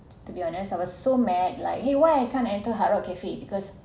to be honest I was so mad like !hey! why I can't enter hard rock cafe because